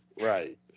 Right